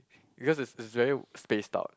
because is is very spaced out